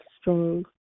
strong